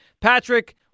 Patrick